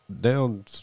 down